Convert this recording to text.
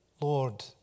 Lord